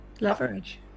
Leverage